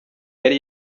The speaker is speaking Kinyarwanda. yari